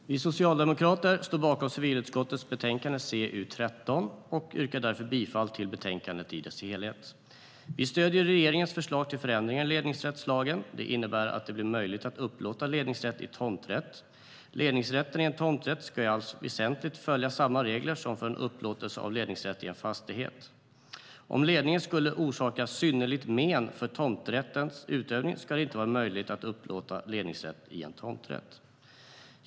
Fru talman! Vi socialdemokrater står bakom civilutskottets betänkande CU13 och yrkar därför bifall till utskottets förslag i betänkandet. Vi stöder regeringens förslag till förändringar i ledningsrättslagen. Det innebär att det blir möjligt att upplåta ledningsrätt i tomträtt. Ledningsrätten i en tomträtt ska i allt väsentligt följa samma regler som för en upplåtelse av ledningsrätt i en fastighet. Om ledningen skulle orsaka synnerligt men för tomträttens utövning ska det inte vara möjligt att upplåta ledningsrätt i en tomträtt.